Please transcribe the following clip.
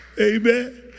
Amen